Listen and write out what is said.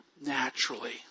naturally